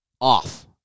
Off